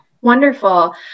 Wonderful